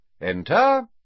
Enter